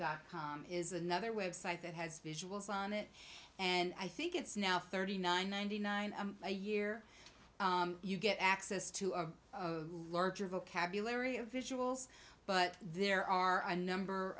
dot com is another web site that has visuals on it and i think it's now thirty nine ninety nine a year you get access to a larger vocabulary of visuals but there are a number